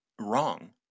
wrong